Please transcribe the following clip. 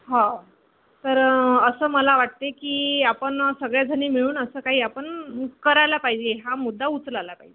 हो तर असं मला वाटते की आपण सगळ्याजणी मिळून असं काही आपण करायला पाहिजे हा मुद्दा उचलला पाहिजे